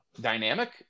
dynamic